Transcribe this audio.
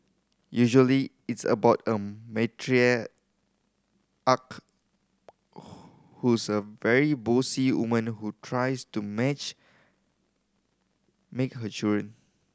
usually it's about a matriarch who's a very bossy woman who tries to match make her children